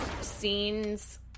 scenes